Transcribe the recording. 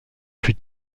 plus